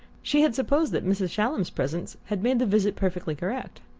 she had supposed that mrs. shallum's presence had made the visit perfectly correct.